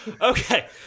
okay